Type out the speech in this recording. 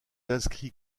inscrit